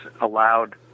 allowed